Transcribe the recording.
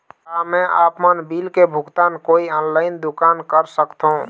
का मैं आपमन बिल के भुगतान कोई ऑनलाइन दुकान कर सकथों?